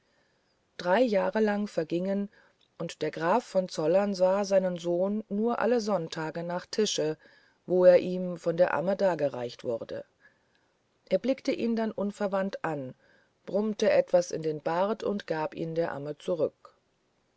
drei jahre lang vergingen und der graf von zollern sah seinen sohn nur alle sonntage nach tische wo er ihm von der amme dargereicht wurde er blickte ihn dann unverwandt an brummte etwas in den bart und gab ihn der amme zurück